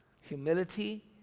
humility